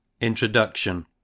INTRODUCTION